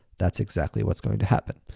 that's exactly what's going to happen.